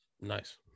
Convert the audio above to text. Nice